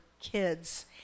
kids